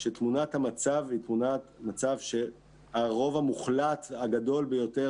שתמונת המצב היא תמונת מצב שהרוב הגדול ביותר